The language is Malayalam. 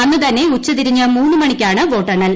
അന്നുതന്നെ ഉച്ചതിരിഞ്ഞ് മൂന്ന്ക് മണിക്കാണ് വോട്ടെണ്ണൽ